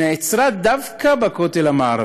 נעצרה דווקא בכותל המערבי,